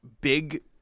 big